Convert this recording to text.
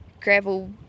gravel